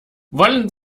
wollen